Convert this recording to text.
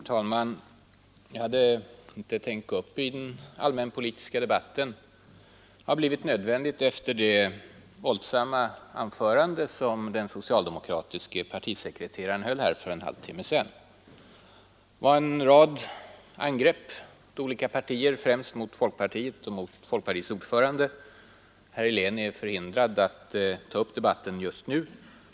Herr talman! Jag hade inte tänkt gå upp i den allmänpolitiska debatten. Men det har blivit nödvändigt efter det våldsamma anförande som den socialdemokratiske partisekreteraren höll här för en halvtimme sedan. Det var en rad angrepp mot olika partier, främst mot folkpartiet och mot folkpartiets ordförande. Herr Helén är förhindrad att ta upp debatten just nu.